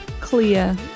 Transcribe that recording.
clear